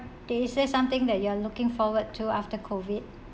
do you say something that you are looking forward to after COVID